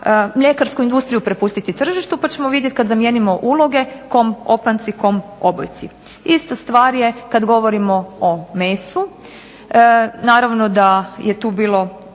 mljekarsku industriju prepustiti tržištu, pa ćemo vidjeti kad zamijenimo uloge kom opanci, kom obojci. Ista stvar je kad govorimo o mesu. Naravno da je tu bilo